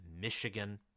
Michigan